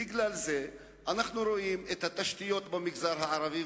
בגלל זה אנו רואים את התשתיות במגזר הערבי,